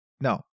no